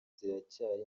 ziracyari